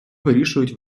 вирішують